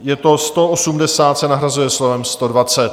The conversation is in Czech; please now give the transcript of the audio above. Je to: 180 se nahrazuje slovem 120.